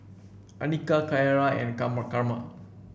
Annika Ciara and Carma Carma